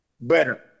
better